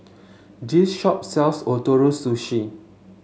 this shop sells Ootoro Sushi